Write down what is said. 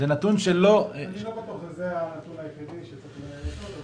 אני לא בטוח שזה הנתון היחיד שצריך לשקול.